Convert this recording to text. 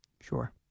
Sure